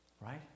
right